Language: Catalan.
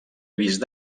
vist